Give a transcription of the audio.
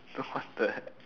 dude what the heck